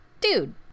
dude